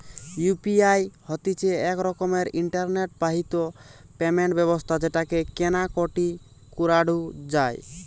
UPI হতিছে এক রকমের ইন্টারনেট বাহিত পেমেন্ট ব্যবস্থা যেটাকে কেনা কাটি করাঢু যায়